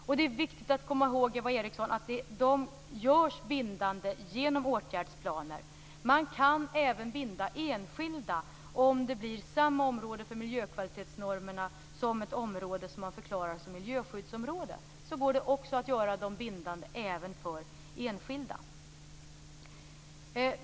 Det är viktigt att komma ihåg, Eva Eriksson, att de görs bindande genom åtgärdsplaner. Man kan även binda enskilda. Om det blir samma område för miljökvalitetsnormerna som ett område som man förklarar som miljöskyddsområde går det också att göra dem bindande även för enskilda.